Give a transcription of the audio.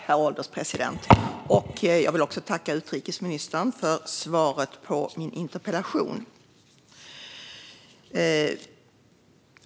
Herr ålderspresident! Jag vill tacka utrikesministern för svaret på min interpellation.